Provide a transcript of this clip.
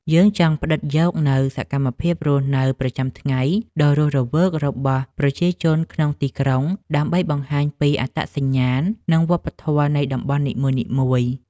យើងចង់ផ្ដិតយកនូវសកម្មភាពរស់នៅប្រចាំថ្ងៃដ៏រស់រវើករបស់ប្រជាជនក្នុងទីក្រុង ដើម្បីបង្ហាញពីអត្តសញ្ញាណ និងវប្បធម៌នៃតំបន់នីមួយៗ។